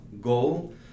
goal